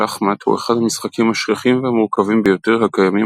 שחמט הוא אחד המשחקים השכיחים והמורכבים ביותר הקיימים